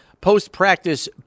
post-practice